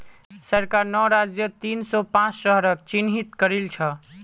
सरकार नौ राज्यत तीन सौ पांच शहरक चिह्नित करिल छे